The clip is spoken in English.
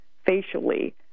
Facially